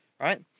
right